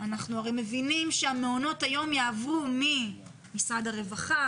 אנחנו הרי מבינים שהמעונות היום יעברו ממשרד הרווחה,